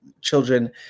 children